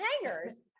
hangers